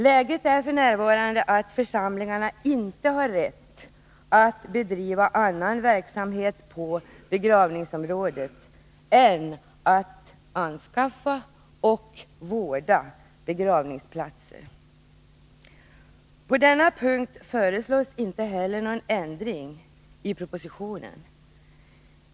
Läget är f.n. det att församlingarna inte har rätt att bedriva annan verksamhet på begravningsområdet än att anskaffa och vårda begravningsplatser. Inte heller på denna punkt i propositionen föreslås någon ändring.